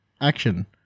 action